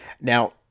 Now